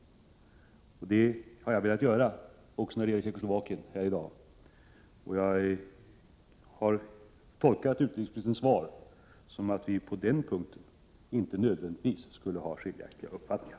Detta har jag velat göra här i dag också när det gäller Tjeckoslovakien. Jag har tolkat utrikesministerns Om åtgärder på narkosvar så, att vi på den punkten inte nödvändigtvis skulle ha skiljaktiga tikaområdet uppfattningar.